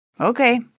Okay